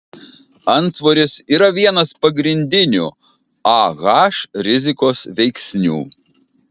antsvoris yra vienas pagrindinių ah rizikos veiksnių